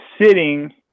sitting